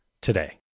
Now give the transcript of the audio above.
today